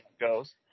goes